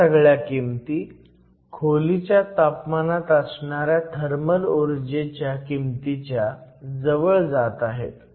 ह्या सगळ्या किमती खोलीच्या तापमानात असणाऱ्या थर्मल ऊर्जेच्या किमतीच्या जवळ जात आहेत